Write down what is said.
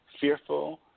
fearful